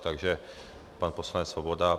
Takže pan poslanec Svoboda.